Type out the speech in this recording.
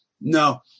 No